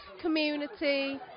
community